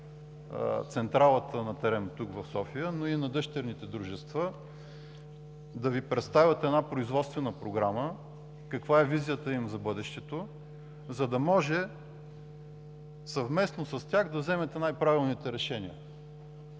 централата на ТЕРЕМ тук, в София, но и на дъщерните дружества. Да Ви представят една производствена програма, каква е визията им за бъдещето, за да може съвместно с тях да вземете най-правилните решения.